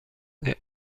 est